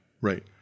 Right